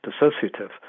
dissociative